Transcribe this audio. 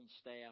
staff